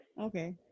okay